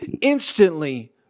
instantly